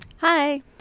Hi